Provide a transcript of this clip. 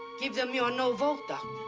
give them your no vote, ah